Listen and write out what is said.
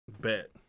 Bet